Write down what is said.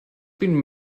been